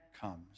comes